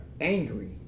angry